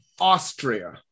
Austria